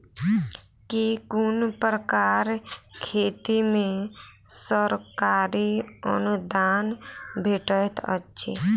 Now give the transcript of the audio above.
केँ कुन प्रकारक खेती मे सरकारी अनुदान भेटैत अछि?